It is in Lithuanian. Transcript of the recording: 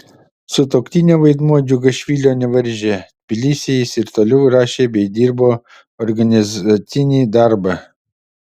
sutuoktinio vaidmuo džiugašvilio nevaržė tbilisyje jis ir toliau rašė bei dirbo organizacinį darbą